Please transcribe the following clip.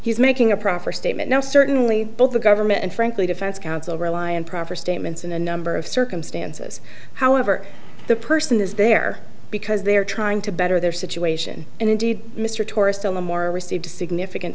he's making a proffered statement now certainly both the government and frankly defense counsel rely on proffer statements in a number of circumstances however the person is there because they're trying to better their situation and indeed mr tourist no more received a significant